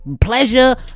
Pleasure